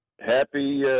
Happy